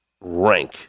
rank